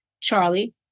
Charlie